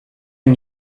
une